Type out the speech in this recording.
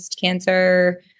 cancer